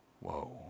Whoa